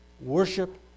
Worship